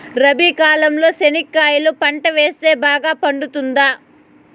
రబి కాలంలో చెనక్కాయలు పంట వేస్తే బాగా పండుతుందా?